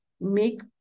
make